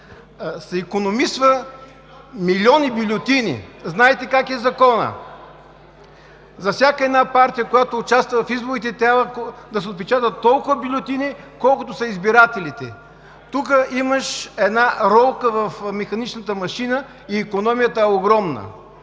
се икономисват милиони бюлетини. Знаете как е в закона – за всяка една партия, която участва в изборите, трябва да се отпечатат толкова бюлетини, колкото са избирателите. В механичната машина има една ролка и икономията е огромна